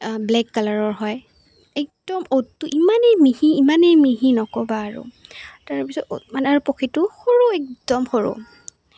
black কালাৰৰ হয় একদম অটো ইমানেই মিহি ইমানেই মিহি নক'বা আৰু তাৰ পিছত মানে আৰু পক্ষীটো সৰু একদম সৰু